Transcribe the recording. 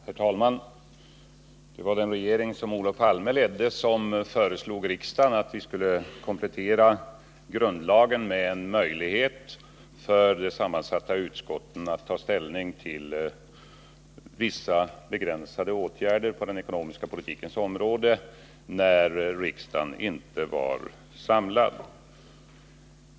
Herr talman! Det var den regering som Olof Palme ledde som föreslog riksdagen att vi skulle komplettera grundlagen med en möjlighet för ett sammansatt finansoch skatteutskott att ta ställning till vissa begränsade åtgärder på den ekonomiska politikens område när riksdagen inte var samlad.